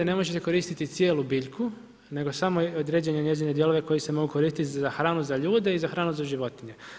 Ne možete koristiti cijelu biljku, nego samo određene njezine dijelove koji se mogu koristiti za hranu za ljude i za hranu za životinje.